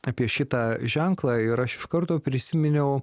apie šitą ženklą ir aš iš karto prisiminiau